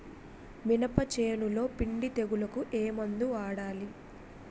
మినప చేనులో పిండి తెగులుకు ఏమందు వాడాలి?